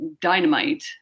dynamite